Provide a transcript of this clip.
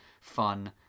fun